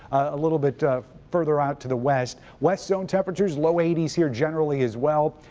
a little bit further out to the west. west zone temperatures low eighty s here generally as well.